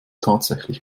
tatsächlich